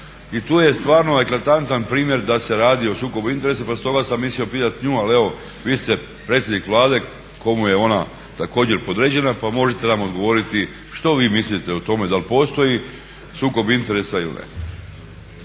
I tu je stvarno eklatantan primjer da se radi o sukobu interesa pa stoga sam mislio pitati nju ali evo vi ste predsjednik Vlade kome je ona također podređena pa možete nam odgovoriti što vi mislite o tome da li postoji sukob interesa ili ne?